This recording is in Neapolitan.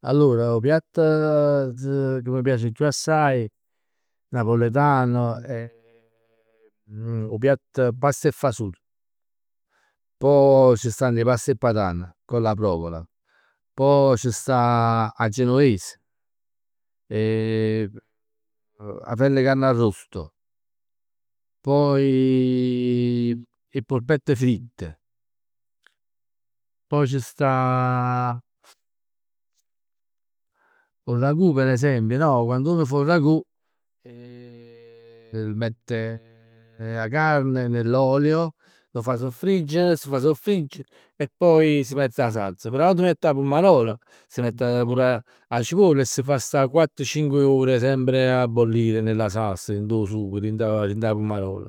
Allor 'o piatt ca m' piace chiù assaje napoletano, è 'o piatto, past e fasul. Pò ci stann 'e past e patan, con la provola, poj ci sta 'a genoves 'a fell 'e carne arrosto, poi 'e polpette fritte. Poi ci sta 'o ragù per esempio no? Quann uno fa 'o ragù mette 'a carne nell'olio, lo fa soffriggere, si fa soffriggere e poi si mett 'a salza. Pò 'na vot ca miett 'a pummarol, s' mett pur 'a cipoll e si fa sta quatt, cinque ore sempre a bollire nella salsa, dint 'o sugo, dint dint 'a pummarol.